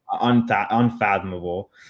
unfathomable